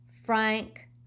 Frank